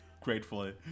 gratefully